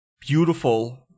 beautiful